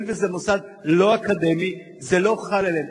הואיל וזה מוסד לא אקדמי, זה לא חל עליהם.